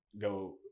go